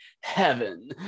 heaven